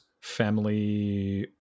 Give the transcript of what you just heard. family